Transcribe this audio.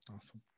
awesome